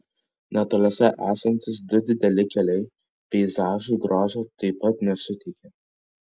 netoliese esantys du dideli keliai peizažui grožio taip pat nesuteikia